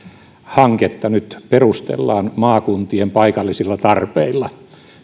hanketta nyt perustellaan maakuntien paikallisilla tarpeilla